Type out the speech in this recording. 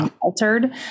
Altered